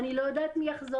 אני לא יודעת מי יחזור,